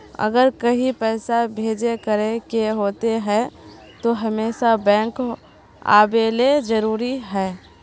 अगर कहीं पैसा भेजे करे के होते है तो हमेशा बैंक आबेले जरूरी है?